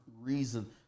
reason